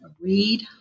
read